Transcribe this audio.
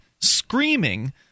screaming